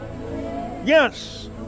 Yes